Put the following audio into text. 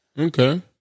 Okay